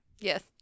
Yes